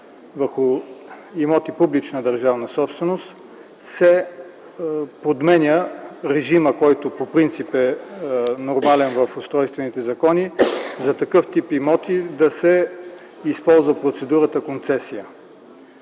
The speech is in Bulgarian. върху имоти – публична държавна собственост, се подменя режимът, който по принцип е нормален в устройствените закони – за такъв тип имоти да се използва процедурата концесия.